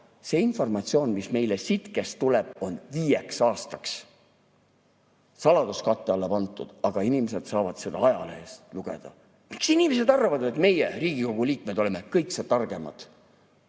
See informatsioon, mis meile SITKE‑st tuleb, on viieks aastaks saladuskatte alla pandud, aga inimesed saavad seda ajalehest lugeda. Miks inimesed arvavad, et meie, Riigikogu liikmed, oleme kõige targemad?